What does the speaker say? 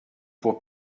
pour